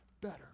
better